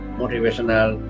motivational